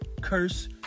curse